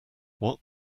what